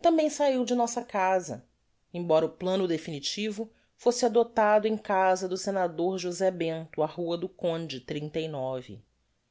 tambem sahiu de nossa casa embora o plano definitivo fosse adoptado em casa do senador josé bento á rua do conde